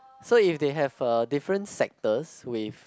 so if they have a different sectors with